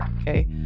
okay